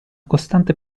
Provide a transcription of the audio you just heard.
costante